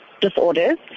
disorders